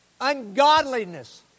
ungodliness